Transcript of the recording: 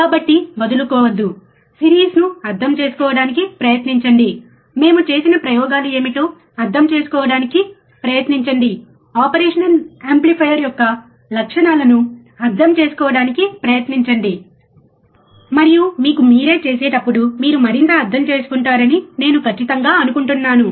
కాబట్టి వదులుకోవద్దు సిరీస్ను అర్థం చేసుకోవడానికి ప్రయత్నించండి మేము చేసిన ప్రయోగాలు ఏమిటో అర్థం చేసుకోవడానికి ప్రయత్నించండి ఆపరేషనల్ యాంప్లిఫైయర్ యొక్క లక్షణాలను అర్థం చేసుకోవడానికి ప్రయత్నించండి మరియు మీకు మీరే చేసేటప్పుడు మీరు మరింత అర్థం చేసుకుంటారని నేను ఖచ్చితంగా అనుకుంటున్నాను